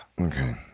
okay